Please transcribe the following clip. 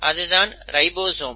அதுதான் ரைபோசோம்